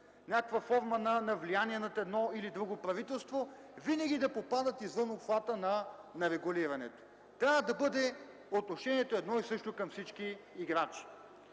някаква форма на влияние над едно или друго правителство, винаги да попадат извън обхвата на регулирането. Отношението трябва да бъде едно и също към всички играчи.